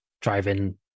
driving